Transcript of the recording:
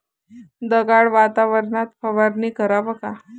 ढगाळ वातावरनात फवारनी कराव का?